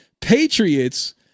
Patriots